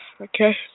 Okay